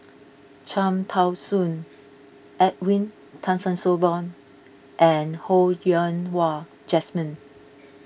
Cham Tao Soon Edwin Tessensohn and Ho Yen Wah Jesmine